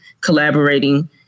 collaborating